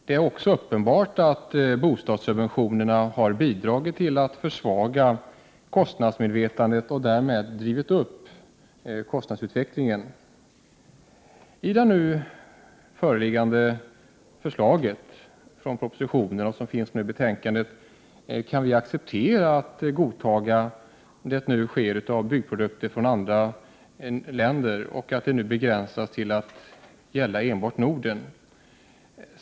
Det är också uppenbart att bostadssubventionerna har bidragit till att försvaga kostnadsmedvetandet och därmed drivit upp kostnadsutvecklingen. Vi kan acceptera att godtagandet av byggprodukter från andra länder nu begränsas till att enbart gälla Norden, såsom föreslås i den föreliggande propositionen.